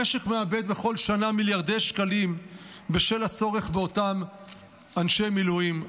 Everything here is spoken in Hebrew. המשק מאבד בכל שנה מיליארדי שקלים בשל הצורך באותם אנשי מילואים.